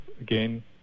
again